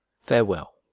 Farewell